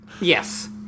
Yes